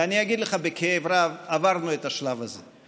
ואני אגיד לך בכאב רב: עברנו את השלב הזה.